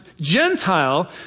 Gentile